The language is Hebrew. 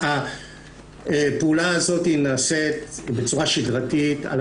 הפעולה הזאת נעשית בצורה שגרתית על